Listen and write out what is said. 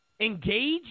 Engage